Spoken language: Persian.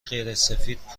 غیرسفید